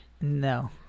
No